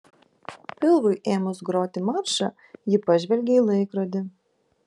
pilvui ėmus groti maršą ji pažvelgė į laikrodį